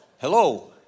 Hello